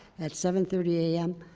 at seven thirty a m.